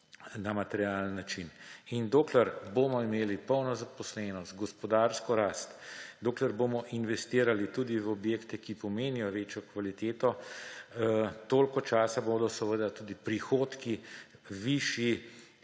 na materialen način. In dokler bomo imeli polno zaposlenost, gospodarsko rast, dokler bomo investirali tudi v objekte, ki pomenijo večjo kvaliteto, toliko časa bodo seveda tudi prihodki višji